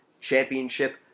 Championship